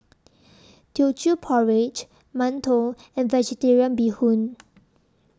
Teochew Porridge mantou and Vegetarian Bee Hoon